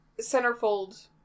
centerfold